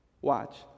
Watch